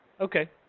Okay